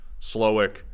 slowick